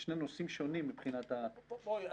אלה שני נושאים שונים מבחינת --- חברים,